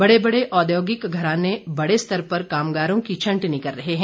बड़े बड़े औद्योगिक घराने बड़े स्तर पर कामगारों की छंटनी कर रहे हैं